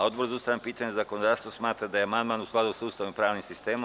Odbor za ustavna pitanja i zakonodavstvo smatra da je amandman u skladu sa Ustavom i pravnim sistemom.